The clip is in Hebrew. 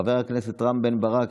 חבר הכנסת רם בן ברק,